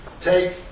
take